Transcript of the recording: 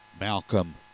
malcolm